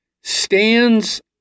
stands